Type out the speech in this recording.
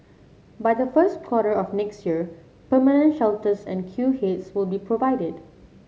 by the first quarter of next year permanent shelters and queue heads will be provided